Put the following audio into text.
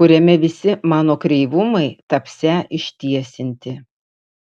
kuriame visi mano kreivumai tapsią ištiesinti